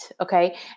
Okay